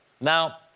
now